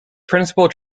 principal